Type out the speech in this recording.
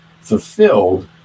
fulfilled